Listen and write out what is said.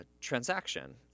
transaction